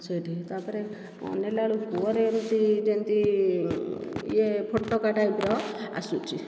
ସେଠି ତାପରେ ଅନେଇଲାବେଳକୁ କୂଅରେ ଏମିତି ଯେମିତି ୟେ ଏମିତି ଫୋଟକା ଟାଇପର ଆସୁଛି